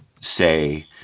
say